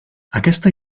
aquesta